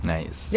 Nice